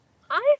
Hi